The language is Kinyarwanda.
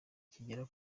kigera